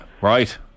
Right